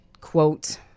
quote